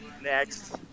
Next